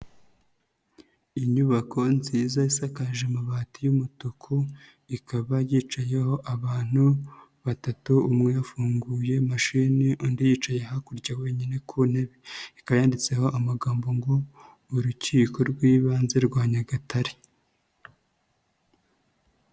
Inyubako nziza isakaje amabati y'umutuku, ikaba yicayeho abantu batatu umwe yafunguye mashini undi yicaye hakurya wenyine ku ntebe. Ikaba yanditseho amagambo ngo: "Urukiko rw'ibanze rwa Nyagatare".